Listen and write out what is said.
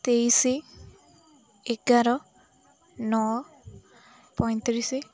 ତେଇଶି ଏଗାର ନଅ ପଇଁତିରିଶି